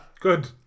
Good